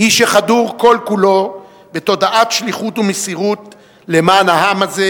איש החדור כל-כולו בתודעת שליחות ומסירות למען העם הזה,